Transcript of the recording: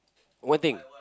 one thing